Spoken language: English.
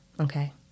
okay